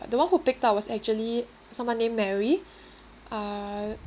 the one who picked up was actually someone named mary uh